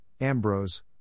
Ambrose